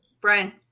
Brian